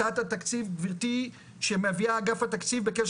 הצעת התקציב גברתי שמביא אגף התקציב בקשר